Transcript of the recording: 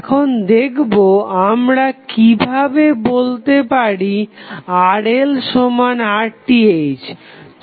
এখন দেখবো আমরা কিভাবে বলতে পারি RL সমান RTh